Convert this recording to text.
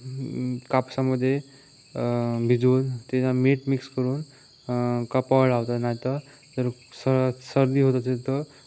कापसामध्ये भिजवून त्याच्यावर मीठ मिक्स करून कपाळावर लावता नाहीतर जर स सर्दी होत असेल तर